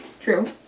True